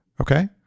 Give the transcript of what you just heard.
okay